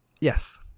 yes